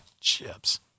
chips